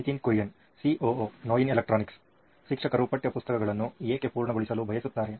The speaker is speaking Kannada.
Nitin Kurian C O electronics ಶಿಕ್ಷಕರು ಪಠ್ಯಕ್ರಮವನ್ನು ಏಕೆ ಪೂರ್ಣಗೊಳಿಸಲು ಬಯಸುತ್ತಾರೆ